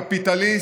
קפיטליסט,